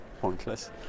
pointless